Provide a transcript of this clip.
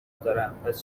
دارن، پس